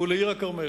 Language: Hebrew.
ולעיר-הכרמל.